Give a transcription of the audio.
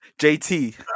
JT